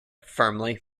firmly